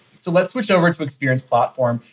so let's switch over to experience platform.